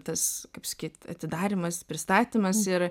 tas kaip sakyt atidarymas pristatymas ir